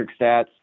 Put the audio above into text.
stats